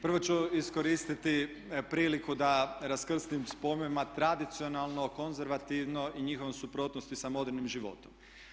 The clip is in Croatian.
Prvo ću iskoristiti priliku da raskrstim s pojmovima tradicionalno, konzervativno i njihovom suprotnosti sa modernim životom.